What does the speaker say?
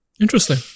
interesting